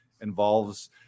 involves